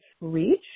reach